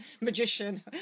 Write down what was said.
magician